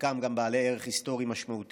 חלקם בעלי ערך היסטורי משמעותי.